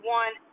one